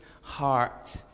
heart